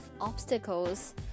obstacles